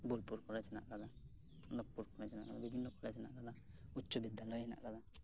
Bolpur college ᱦᱮᱱᱟᱜ ᱟᱠᱟᱫᱟ Amodpur college ᱦᱮᱱᱟᱜ ᱟᱠᱟᱫᱟ ᱵᱤᱵᱷᱤᱱᱱᱚ ᱠᱚᱞᱮᱡᱽ ᱦᱮᱱᱟᱜ ᱟᱠᱟᱫᱟ ᱩᱪᱪᱚ ᱵᱤᱫᱽᱫᱟᱞᱚᱭ ᱦᱮᱱᱟᱜ ᱟᱠᱟᱫᱟ